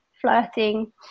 flirting